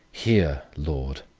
here, lord,